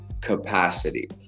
capacity